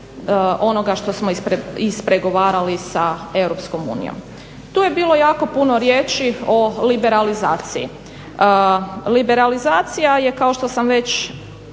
onoga što smo ispregovarali sa EU. Tu je bilo jako puno riječi o liberalizaciji. Liberalizacija je kao što sam već